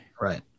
Right